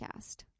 podcast